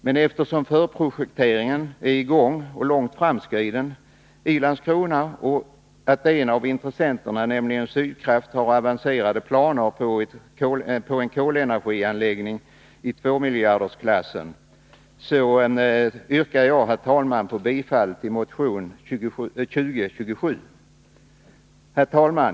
Men eftersom förprojekteringen är i gång och långt framskriden i Landskrona och en av intressenterna, nämligen Sydkraft, har avancerade planer på en kolenergianläggning i tvåmiljardersklassen, yrkar jag, herr talman, bifall till motion 2027. Herr talman!